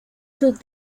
sus